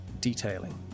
detailing